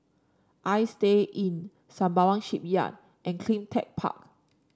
Istay Inn Sembawang Shipyard and CleanTech Park